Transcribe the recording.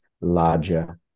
larger